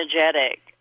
energetic